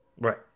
right